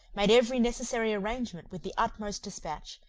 made every necessary arrangement with the utmost despatch,